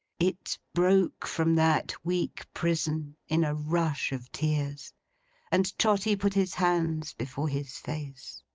it broke from that weak prison in a rush of tears and trotty put his hands before his face.